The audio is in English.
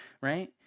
Right